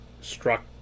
struck